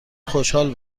خوشحال